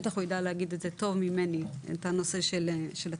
בטח הוא ידע להגיד טוב ממני את הנושא של התקן.